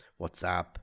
whatsapp